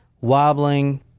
wobbling